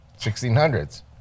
1600s